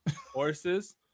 horses